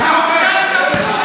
אתה צבוע.